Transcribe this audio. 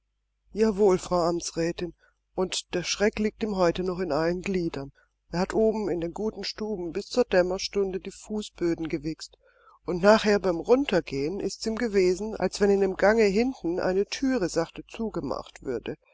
jawohl frau amtsrätin und der schreck liegt ihm heute noch in allen gliedern er hat oben in den guten stuben bis zur dämmerstunde die fußböden gewichst und nachher beim runtergehen ist's ihm gewesen als wenn in dem gange hinten eine thüre sachte zugemacht würde